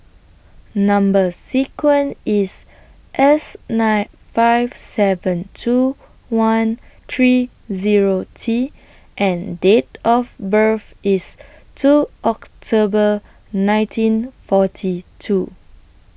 Number sequence IS S nine five seven two one three Zero T and Date of birth IS two October nineteen forty two